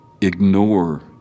ignore